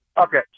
Okay